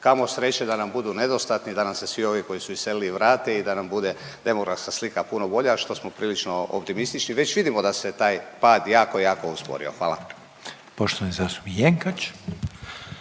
Kao sreće da nam budu nedostatni, da nam se svi ovi koji su iselili vrate i da nam bude demografska slika puno bolja, a što smo prilično optimistični. Već vidimo da se taj pad jako, jako usporio, hvala.